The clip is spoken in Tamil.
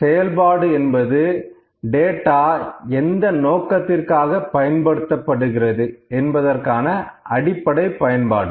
செயல்பாடு என்பது டேட்டா எந்த நோக்கத்திற்காக பயன்படுத்தப்படுகிறது என்பதற்கான அடிப்படை பயன்பாடு